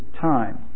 time